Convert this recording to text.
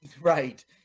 Right